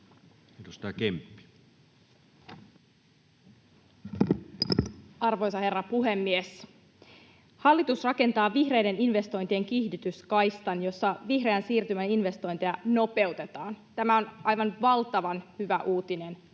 Content: Arvoisa herra puhemies! Hallitus rakentaa vihreiden investointien kiihdytyskaistan, jossa vihreän siirtymän investointeja nopeutetaan. Tämä on aivan valtavan hyvä uutinen